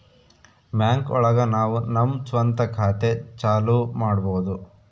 bank ಒಳಗ ನಾವು ನಮ್ ಸ್ವಂತ ಖಾತೆ ಚಾಲೂ ಮಾಡ್ಬೋದು